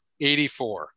84